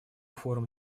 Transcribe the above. форум